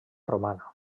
romana